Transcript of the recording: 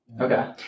Okay